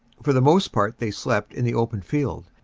for the most part they slept in the open field,